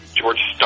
George